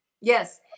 Yes